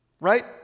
Right